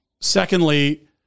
secondly